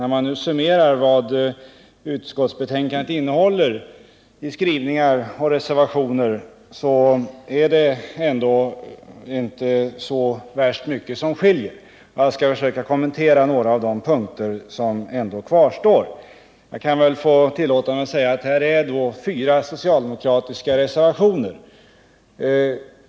När man nu summerar betänkandets innehåll i utskottsskrivningar och reservationer finner man att det inte är så värst mycket som skiljer. Jag skall kommentera några av de punkter som ändå kvarstår. Här är då fyra socialdemokratiska reservationer.